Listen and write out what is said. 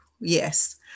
Yes